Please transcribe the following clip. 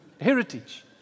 heritage